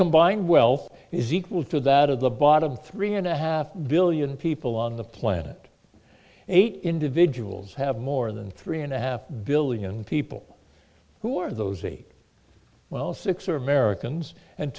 wealth is equal to that of the bottom three and a half billion people on the planet eight individuals have more than three and a half billion people who are those eight well six are americans and